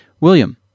William